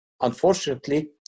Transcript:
Unfortunately